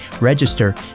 register